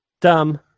dumb